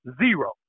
Zero